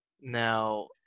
now